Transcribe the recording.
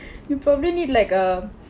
you probably need like a